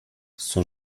son